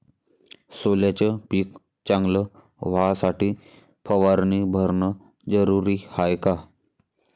सोल्याचं पिक चांगलं व्हासाठी फवारणी भरनं जरुरी हाये का?